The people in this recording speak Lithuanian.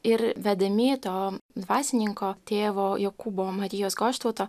ir vedami to dvasininko tėvo jokūbo marijos goštauto